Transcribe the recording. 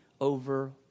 over